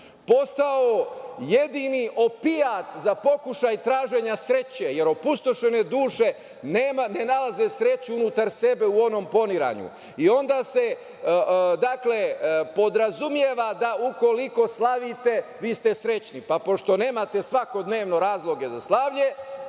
postao jedini opijat za pokušaj traženja sreće, jer opustošene duše ne nalaze sreću unutar sebe, u onom poniranju i onda se podrazumeva da ukoliko slavite vi ste srećni. Pa, pošto nemate svakodnevno razloge za slavlje,